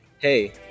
Hey